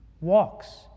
walks